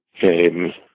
came